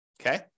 okay